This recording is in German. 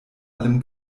allem